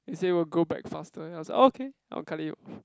they say will grow back faster and I was like okay I'll cut it off